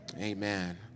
Amen